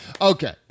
okay